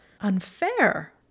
unfair